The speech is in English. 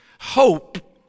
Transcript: hope